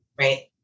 right